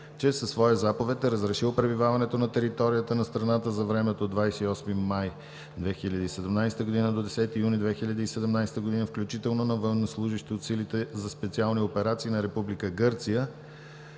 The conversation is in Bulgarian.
че със своя заповед е разрешил пребиваването на територията на страната за времето от 28 май 2017 г. до 10 юни 2017 г. включително на военнослужещи от Силите за специални операции на Република